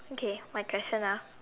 okay my question ah